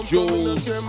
Jules